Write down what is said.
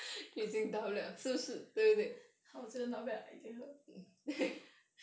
好这 not bad idea